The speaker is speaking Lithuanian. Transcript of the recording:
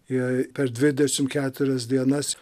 jie per dvidešimt keturias dienas